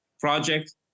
project